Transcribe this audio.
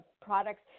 products